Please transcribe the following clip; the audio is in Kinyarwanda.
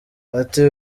ati